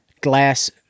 glass